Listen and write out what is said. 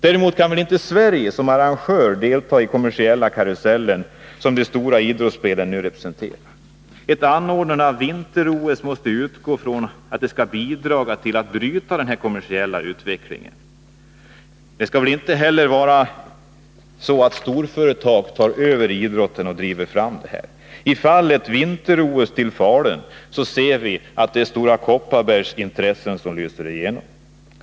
Däremot kan väl inte Sverige som arrangör delta i den kommersiella karusell som de stora idrottsspelen nu representerar. Ett anordnande av vinter-OS måste utgå från att evenemanget skall bidra till att bryta den kommersiella utvecklingen. Inte heller skall storföretag ta över idrotten. I förslaget att förlägga vinter-OS till Falun ser vi att det är Stora Kopparbergs intressen som lyser igenom.